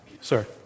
Sir